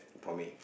for me